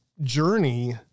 journey